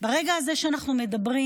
ברגע הזה, כשאנחנו מדברים,